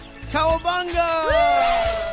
Cowabunga